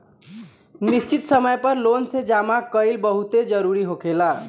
निश्चित समय पर लोन के जामा कईल बहुते जरूरी होखेला